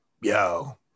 yo